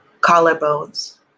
Collarbones